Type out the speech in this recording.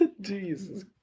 Jesus